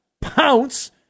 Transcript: pounce